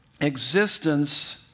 Existence